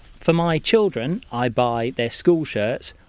for my children i buy their schools shirts,